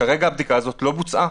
כרגע הבדיקה הזאת לא בוצעה.